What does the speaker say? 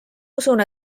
usun